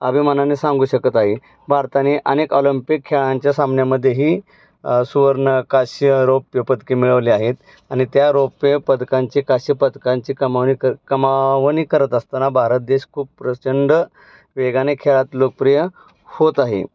अभिमानाने सांगू शकत आहे भारताने अनेक ऑलंपिक खेळांच्या सामन्यामध्येही सुवर्ण कांस्य रौप्य पदके मिळवले आहेत आणि त्या रौप्य पदकांची कांस्य पदकांची कमावणी कमावणी करत असताना भारत देश खूप प्रचंड वेगाने खेळात लोकप्रिय होत आहे